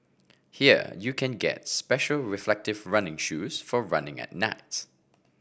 here you can get special reflective running shoes for running at night